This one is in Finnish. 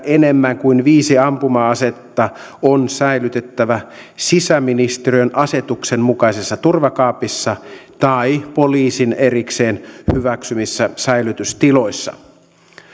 enemmän kuin viisi ampuma asetta on säilytettävä sisäministeriön asetuksen mukaisessa turvakaapissa tai poliisin erikseen hyväksymissä säilytystiloissa